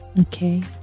Okay